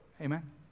Amen